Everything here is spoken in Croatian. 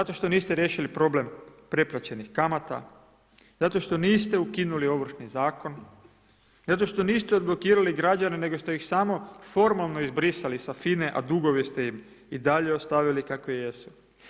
Zato što niste riješili problem preplaćenih kamata, zato što niste ukinuli ovršni zakon, zato što niste odblokirali građane, nego ste ih samo formalno izbrisali sa FINA-e, a dugove ste im i dalje ostavili kakve jesu.